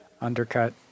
Undercut